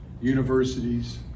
universities